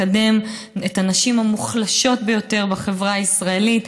לקדם את הנשים המוחלשות ביותר בחברה הישראלית.